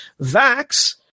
Vax